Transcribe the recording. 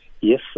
Yes